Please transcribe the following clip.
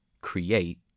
create